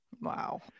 wow